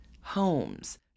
homes